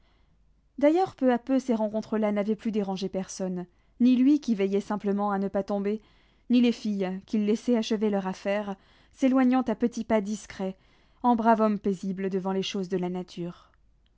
d'ailleurs peu à peu ces rencontres là n'avaient plus dérangé personne ni lui qui veillait simplement à ne pas tomber ni les filles qu'il laissait achever leur affaire s'éloignant à petits pas discrets en brave homme paisible devant les choses de la nature